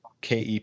KEP